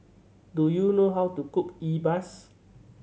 do you know how to cook e buas